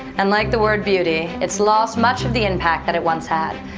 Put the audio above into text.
and like the word beauty, it's lost much of the impact that it once had.